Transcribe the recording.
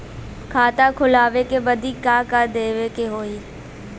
खाता खोलावे बदी का का देवे के होइ?